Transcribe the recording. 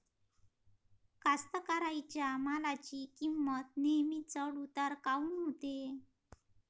कास्तकाराइच्या मालाची किंमत नेहमी चढ उतार काऊन होते?